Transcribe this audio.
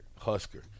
Husker